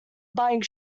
buying